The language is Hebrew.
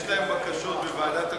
יש להם בקשות בוועדת הכספים,